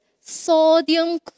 sodium